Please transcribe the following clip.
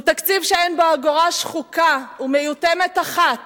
הוא תקציב שאין בו אגורה שחוקה ומיותמת אחת